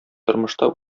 тормышта